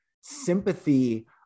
sympathy